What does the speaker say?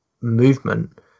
movement